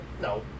no